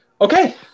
Okay